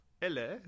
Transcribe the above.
Hello